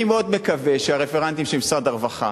אני מאוד מקווה שהרפרנטים של משרד הרווחה